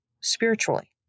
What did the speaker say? spiritually